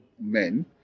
men